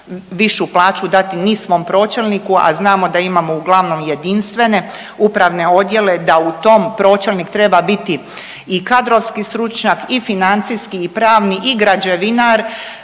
višu plaću dati ni svom pročelniku, a znamo da imao uglavnom jedinstvene upravne odjele, da u tom pročelnik treba biti i kadrovski stručnjak i financijski i pravni i građevinar